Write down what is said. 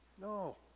No